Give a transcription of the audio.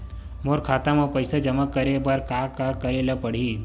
मोर खाता म पईसा जमा करे बर का का करे ल पड़हि?